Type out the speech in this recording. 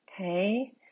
Okay